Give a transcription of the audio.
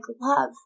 love